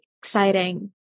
exciting